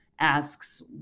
asks